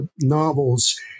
novels